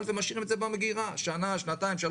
ומשאירים את זה במגירה שנה-שנתיים-שלוש,